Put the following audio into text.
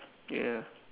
ya